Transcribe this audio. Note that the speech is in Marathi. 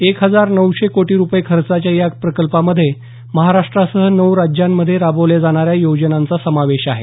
एक हजार नऊशे कोटी रुपये खर्चाच्या या प्रकल्पांमध्ये महाराष्ट्रासह नऊ राज्यांमध्ये राबवल्या जाणाऱ्या योजनांचा समावेश आहे